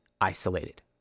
isolated